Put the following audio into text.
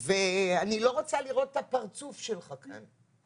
ואני לא רוצה לראות את הפרצוף שלך כאן.